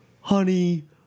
Honey